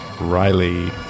Riley